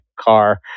car